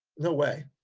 no way,